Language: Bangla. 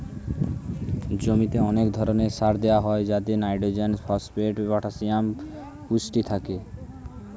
জমিতে অনেক ধরণের সার দেওয়া হয় যাতে নাইট্রোজেন, ফসফেট, পটাসিয়াম পুষ্টি থাকে